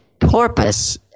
porpoise